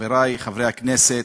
חברי חברי הכנסת,